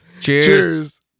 cheers